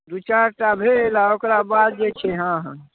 दू चारिटा भेल आ ओकराबाद जे छै हँ हँ